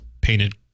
painted